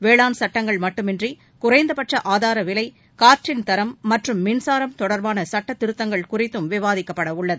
வேளாண் சுட்டங்கள் மட்டுமின்றி குறைந்தபட்ச ஆதார விலை காற்றின் தரம் மற்றும் மின்சாரம் தொடர்பான சட்ட திருத்தங்கள் குறித்தும் விவாதிக்கப்படவுள்ளது